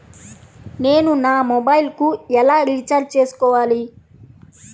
నేను నా మొబైల్కు ఎలా రీఛార్జ్ చేసుకోవాలి?